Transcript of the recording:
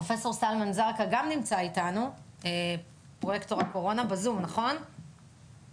פחות או יותר איזשהו גאנט של מה המשרד רואה כחשוב ומה המשרד לא רואה